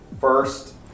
First